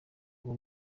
ubu